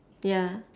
ya